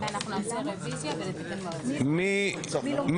אנחנו נצביע על שתי הוועדות